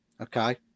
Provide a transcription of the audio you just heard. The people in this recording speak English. okay